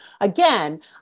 Again